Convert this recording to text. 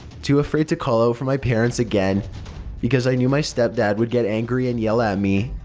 too afraid to call out for my parents again because i knew my step-dad would get angry and yell at me.